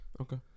Okay